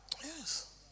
Yes